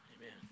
Amen